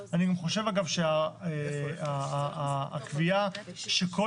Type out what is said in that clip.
אני גם חושב שהקביעה שכל